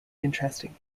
interesting